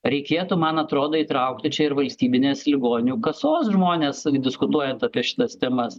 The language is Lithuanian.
reikėtų man atrodo įtraukti čia ir valstybinės ligonių kasos žmones diskutuojant apie šitas temas